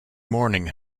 morning